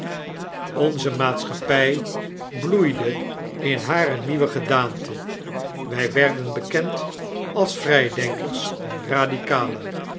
onze maatschappij bloeide in hare nieuwe gedaante wij werden bekend als vrydenkers en radicalen